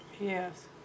Yes